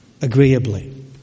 agreeably